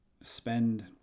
spend